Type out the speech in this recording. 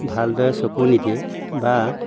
ভালদৰে চকু নিদিয়ে বা